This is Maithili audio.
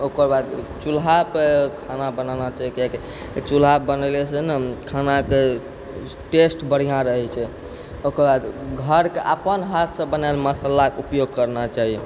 ओकरबाद चूल्हापर खाना बनाना चाही कियाकि चूल्हापर बनैलेसँ ने खानाके टेस्ट बढ़िआँ रहै छै ओकरबाद घरके अपन हाथसँ बनायल मसालाके उपयोग करना चाही